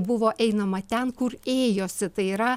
buvo einama ten kur ėjosi tai yra